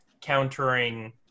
countering